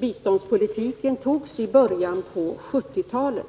biståndspolitiken som innebär landprogrammering togs i början av 1970-talet.